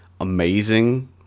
amazing